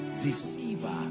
deceiver